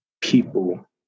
people